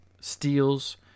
steals